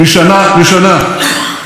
עוד יש עבודה בתחום הזה,